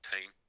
team